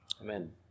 Amen